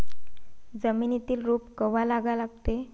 जमिनीत रोप कवा लागा लागते?